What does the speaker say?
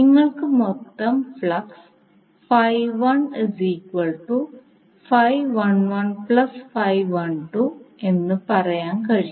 നിങ്ങൾക്ക് മൊത്തം ഫ്ലക്സ് പറയാൻ കഴിയും